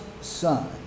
son